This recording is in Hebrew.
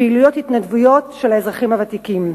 פעילויות התנדבות של אזרחים ותיקים.